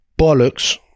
bollocks